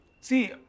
See